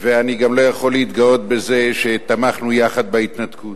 ואני גם לא יכול להתגאות בזה שתמכנו יחד בהתנתקות.